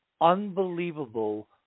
unbelievable